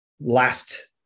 last